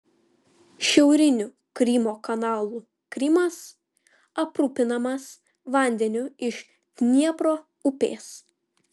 šiauriniu krymo kanalu krymas aprūpinamas vandeniu iš dniepro upės